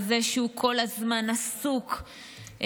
על זה שהוא כל הזמן עסוק ביועמ"שית,